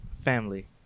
Family